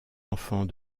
enfant